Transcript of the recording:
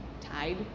tied